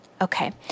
Okay